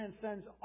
transcends